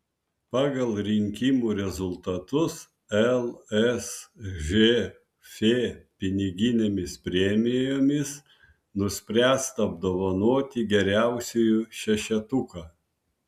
pagal rinkimų rezultatus lsžf piniginėmis premijomis nuspręsta apdovanoti geriausiųjų šešetuką